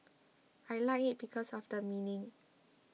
I like it because of the meaning